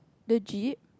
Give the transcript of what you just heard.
legit